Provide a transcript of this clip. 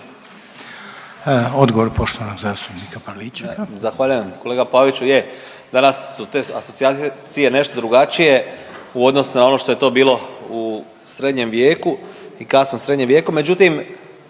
Odgovor poštovanog zastupnika Pavličeka.